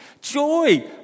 Joy